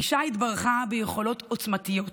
אישה התברכה ביכולות עוצמתיות,